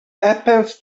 happens